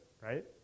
right